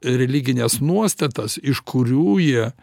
religines nuostatas iš kurių jie